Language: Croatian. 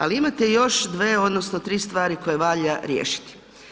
Ali imate još dve odnosno tri stvari koje valja riješiti.